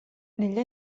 negli